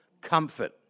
comfort